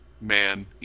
man